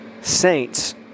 saints